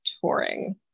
touring